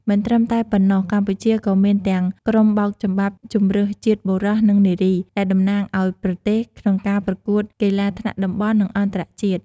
មិនត្រឹមតែប៉ុណ្ណោះកម្ពុជាក៏មានទាំង ក្រុមបោកចំបាប់ជម្រើសជាតិបុរស និងនារី ដែលតំណាងឲ្យប្រទេសក្នុងការប្រកួតកីឡាថ្នាក់តំបន់ និងអន្តរជាតិ។